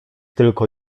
tylko